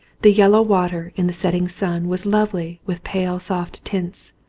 the yellow water in the setting sun was lovely with pale soft tints,